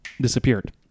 disappeared